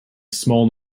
small